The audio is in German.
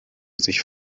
sich